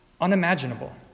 unimaginable